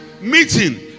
meeting